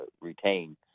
retain